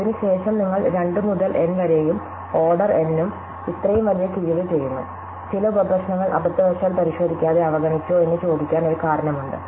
അതിനുശേഷം നിങ്ങൾ 2 മുതൽ N വരെയുംഓർഡർ N ഉം ഇത്രയും വലിയ കിഴിവ് ചെയ്യുന്നു ചില ഉപപ്രശ്നങ്ങൾ അബദ്ധവശാൽ പരിശോധിക്കാതെ അവഗണിച്ചോ എന്ന് ചോദിക്കാൻ ഒരു കാരണമുണ്ട്